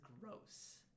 gross